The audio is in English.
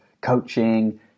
coaching